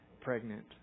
pregnant